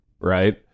right